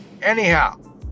Anyhow